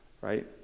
Right